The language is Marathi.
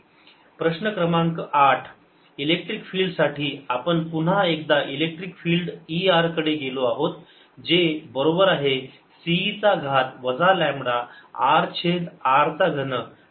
Qenclosed4πC0e λr प्रश्न क्रमांक 8 इलेक्ट्रिक फील्ड साठी आपण पुन्हा एकदा इलेक्ट्रिक फील्ड Er कडे गेलो आहोत जे बरोबर आहे C e चा घात वजा लांबडा r छेद r चा घन वेक्टर r